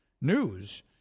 news